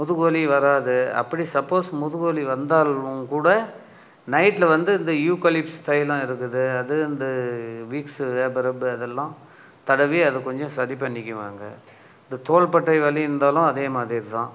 முதுகு வலி வராது அப்படி சப்போஸ் முதுகு வலி வந்தாலும் கூட நைட்டில் வந்து இந்த யூக்கொளிப்ஸ் தைலம் இருக்குது அது இந்த விக்ஸ் வேப்பரப் அதெல்லாம் தடவி அதை கொஞ்சம் சரி பண்ணிக்குவாங்க இந்த தோள்பட்டை வலி இருந்தாலும் அதே மாதிரி தான்